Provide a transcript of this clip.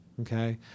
okay